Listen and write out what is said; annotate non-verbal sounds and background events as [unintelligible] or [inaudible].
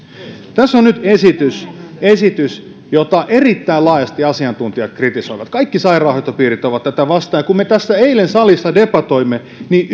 tässä on nyt esitys esitys jota erittäin laajasti asiantuntijat kritisoivat kaikki sairaanhoitopiirit ovat tätä vastaan ja kun me tästä eilen salissa debatoimme niin [unintelligible]